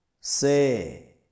say